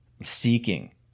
seeking